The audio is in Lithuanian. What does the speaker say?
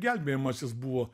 gelbėjimasis buvo